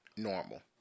Normal